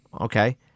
Okay